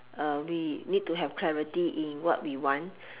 uh we need to have clarity in what we want